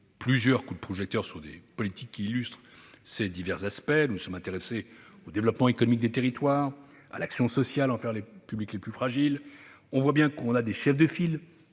plusieurs coups de projecteurs sur des politiques qui illustrent ces aspects divers. Nous nous sommes ainsi intéressés au développement économique des territoires et à l'action sociale envers les publics les plus fragiles. On voit bien que l'on a des chefs de file,